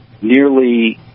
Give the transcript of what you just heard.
nearly